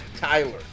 tyler